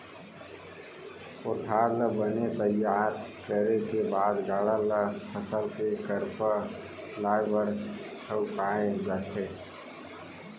कोठार ल बने तइयार करे के बाद गाड़ा ल फसल के करपा लाए बर ठउकाए जाथे